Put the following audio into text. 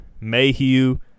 Mayhew